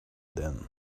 then